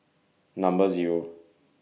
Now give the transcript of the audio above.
Number Zero